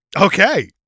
Okay